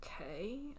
okay